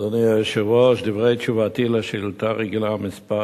אדוני היושב-ראש, דברי תשובתי על שאילתא רגילה מס'